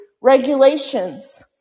regulations